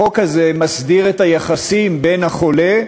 החוק הזה מסדיר את היחסים בין החולה,